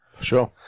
Sure